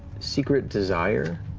secret desire